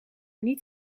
niet